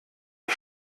ich